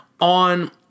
on